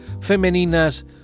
femeninas